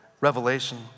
Revelation